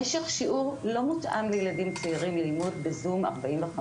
משך שיעור לא מותאם לילדים צעירים ללמוד בזום 45 דקות,